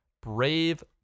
Brave